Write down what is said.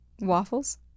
waffles